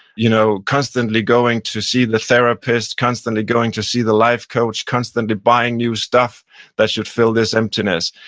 you know constantly going to see the therapist, constantly going to see the life coach, constantly buying new stuff that should fill this emptiness.